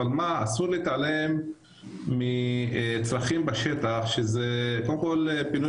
אבל מה אסור להתעלם מצרכים בשטח שזה קודם כל פינוי